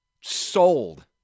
Sold